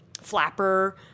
flapper